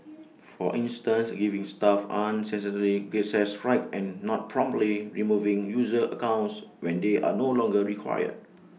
for instance giving staff unnecessary access rights and not promptly removing user accounts when they are no longer required